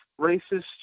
racist